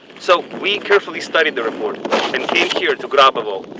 so we carefully studied the report, and came here to grabovo,